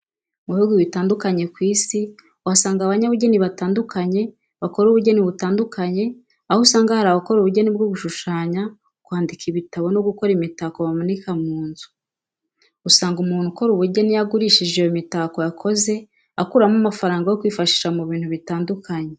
Mu bihugu bitandukanye ku isi uhasanga abanyabujyeni batandukanye bakora ubujyeni butandukanye aho usanga hari abakora ubujyeni bwo gushushanya, kwandika ibitabo no gukora imitako bamanika mu nzu. Usanga umuntu ukora ubujyeni iyo agurishije iyo mitako yakoze akuramo amafaranga yo kwifashisha mu bintu bitandukanye.